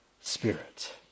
Spirit